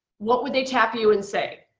what would they tap you and say?